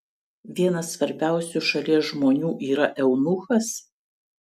vienas svarbiausių šalies žmonių yra eunuchas